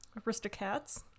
Aristocats